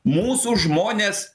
mūsų žmonės